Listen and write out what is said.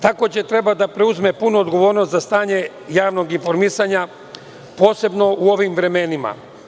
Tako treba da preuzme punu odgovornost za stanje javnog informisanja, posebno u ovim vremenima.